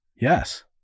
Yes